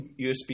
USB